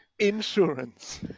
insurance